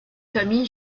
famille